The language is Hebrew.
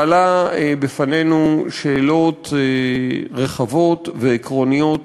4) מעלה בפנינו שאלות רחבות ועקרוניות